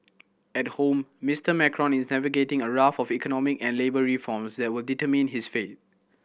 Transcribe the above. at home Mister Macron is navigating a raft of economic and labour reforms that will determine his fate